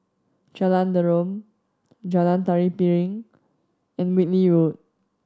Jalan Derum Jalan Tari Piring and Whitley Road